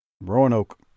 Roanoke